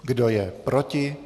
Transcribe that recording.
Kdo je proti?